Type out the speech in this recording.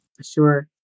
sure